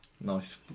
Nice